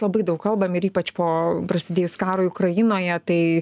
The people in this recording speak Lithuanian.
labai daug kalbam ir ypač po prasidėjus karui ukrainoje tai